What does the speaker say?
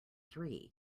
three